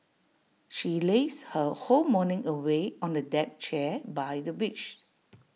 she lazed her whole morning away on A deck chair by the beach